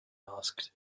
asked